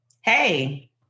Hey